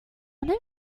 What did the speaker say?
one